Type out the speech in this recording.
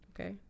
Okay